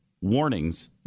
warnings